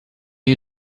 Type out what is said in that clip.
you